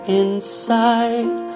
inside